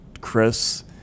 Chris